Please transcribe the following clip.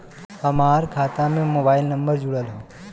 हमार खाता में मोबाइल नम्बर जुड़ल हो?